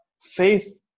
faith